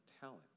talent